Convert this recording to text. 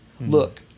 Look